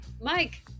Mike